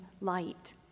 light